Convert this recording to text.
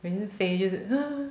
每次飞就是 ah